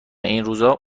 اینروزا